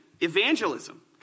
Evangelism